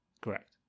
Correct